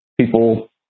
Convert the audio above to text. people